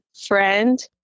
friend